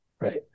right